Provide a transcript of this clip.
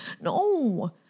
no